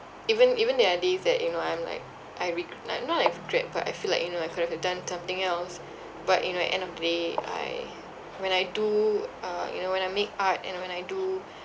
even even there are days that you know I'm like I reg~ like not regret but I feel like you know I could have done something else but you know end of the day I when I do uh you know when I make art and when I do